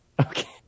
Okay